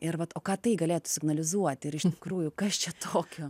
ir vat o ką tai galėtų signalizuoti ir iš tikrųjų kas čia tokio